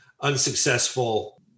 unsuccessful